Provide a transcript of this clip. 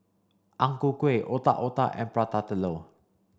Ang Ku Kueh Otak Otak and Prata Telur